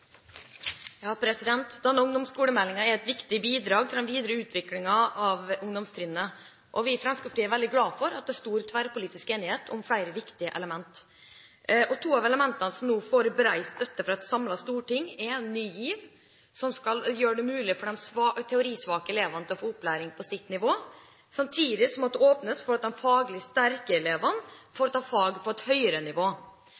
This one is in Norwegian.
den videre utviklingen av ungdomstrinnet, og vi i Fremskrittspartiet er veldig glad for at det er tverrpolitisk enighet om flere viktige elementer. To av elementene som nå får bred støtte fra et samlet storting, er Ny GIV – som skal gjøre det mulig for de teorisvake elevene å få opplæring på sitt nivå – og at det samtidig åpnes for at de faglig sterke elevene får ta fag på et høyere nivå.